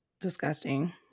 disgusting